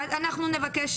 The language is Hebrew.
הכוונה?